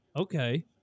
Okay